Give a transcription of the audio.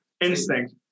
instinct